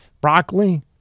broccoli